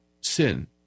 sin